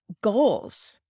goals